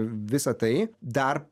visa tai dar